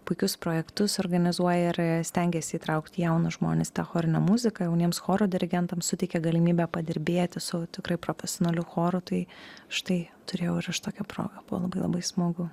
puikius projektus organizuoja ir stengiasi įtraukti jaunus žmones į tą chorinę muziką jauniems choro dirigentams suteikia galimybę padirbėti su tikrai profesionaliu choru tai štai turėjau ir aš tokią progą buvo labai labai smagu